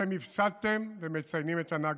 אתם הפסדתם ומציינים את הנכבה.